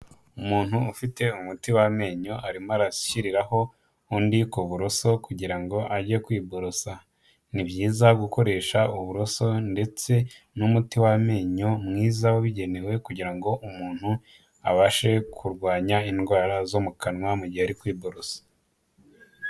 Umuntu ufite umuti w'amenyo ari gushyiriraho undi ku buroso kugirango ajye kwiborosa. Ni byiza gukoresha uburoso ndetse n'umuti wabugenewe mwiza wabugenewe. kugirango umuntu abashe kurwanya indwara zo mukanwa mugihe ari kwiborosa.